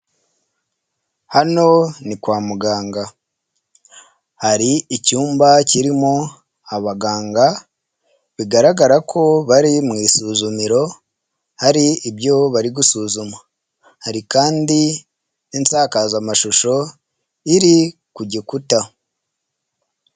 Hano ni kwa muganga, hari icyumba kirimo abaganga bigaragara ko bari mu isuzumiro hari ibyo bari gusuzuma, hari kandi insakazamashusho iri ku gikuta.